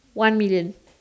one million